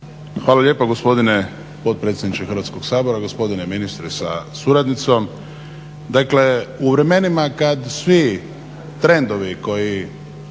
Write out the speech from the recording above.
Hvala lijepo gospodine potpredsjedniče Hrvatskog sabora. Gospodine ministre sa suradnicom. Dakle u vremenima kada svi trendovi i